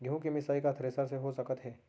गेहूँ के मिसाई का थ्रेसर से हो सकत हे?